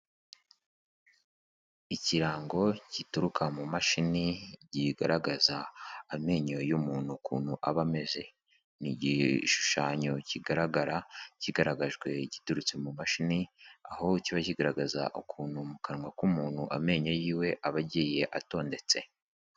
Ikirango kituruka mu mashini kigaragaza amenyo y'umuntu ukuntu aba ameze. Ni igishushanyo kigaragara, kigaragajwe giturutse mu mashini, aho kiba kigaragaza ukuntu mu kanwa k'umuntu amenyo yiwe aba agiye atondetse.